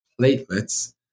platelets